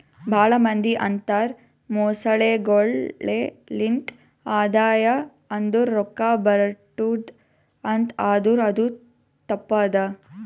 ಭಾಳ ಮಂದಿ ಅಂತರ್ ಮೊಸಳೆಗೊಳೆ ಲಿಂತ್ ಆದಾಯ ಅಂದುರ್ ರೊಕ್ಕಾ ಬರ್ಟುದ್ ಅಂತ್ ಆದುರ್ ಅದು ತಪ್ಪ ಅದಾ